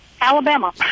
alabama